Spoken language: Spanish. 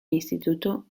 instituto